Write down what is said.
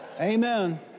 Amen